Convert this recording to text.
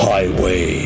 Highway